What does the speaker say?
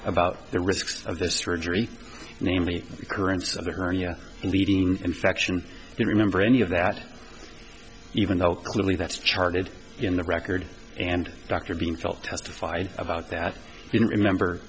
about the risks of the surgery namely occurrence of a hernia leading infection you remember any of that even though clearly that's charted in the record and dr being felt testified about that you don't remember